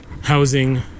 Housing